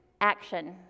action